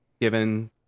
given